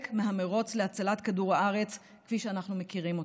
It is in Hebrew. מהמרוץ להצלת כדור הארץ כפי שאנחנו מכירים אותו.